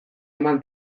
eman